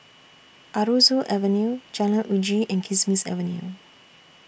Aroozoo Avenue Jalan Uji and Kismis Avenue